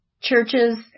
churches